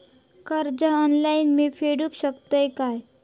कर्ज ऑनलाइन मी फेडूक शकतय काय?